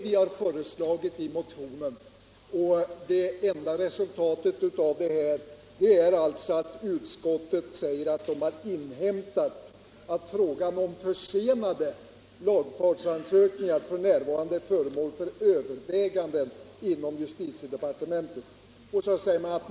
Vi har föreslagit detta i motionen, men det enda resultatet av det är alltså att utskottet uttalar: ”Enligt vad utskottet inhämtat är frågan om försenade lagfartsansökningar f. n. föremål för överväganden inom justitiedepartementet.